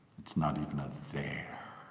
it's not even a there